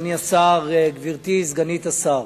אדוני השר, גברתי סגנית השר,